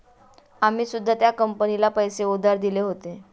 आम्ही सुद्धा त्या कंपनीला पैसे उधार दिले होते